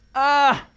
ah!